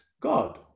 God